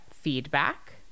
feedback